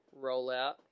rollout